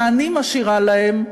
מה אני משאירה להם?